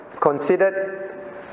considered